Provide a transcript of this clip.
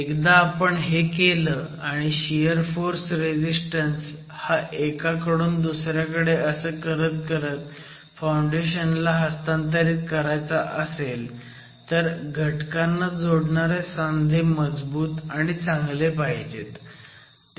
एकदा आपण हे केलं आणि शियर फोर्स रेझीस्टन्स हा एककडून दुसऱ्याकडे असं करत करत फाउंडेशनला हस्तांतरित करायचा असेल तर घटकांना जोडणारे सांधे मजबूत आणि चांगले पाहिजेत